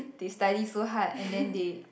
they study so hard and then they